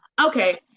okay